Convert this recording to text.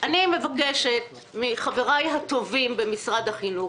אני מבקשת מחבריי הטובים במשרד החינוך.